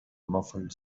muffled